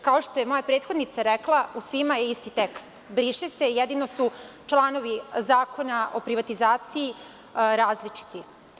Kao što je moja prethodnica rekla, u svima je isti tekst – briše se, jedino su članovi Zakona o privatizaciji različiti.